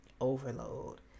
overload